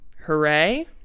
hooray